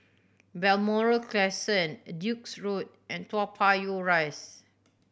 Balmoral Crescent Duke's Road and Toa Payoh Rise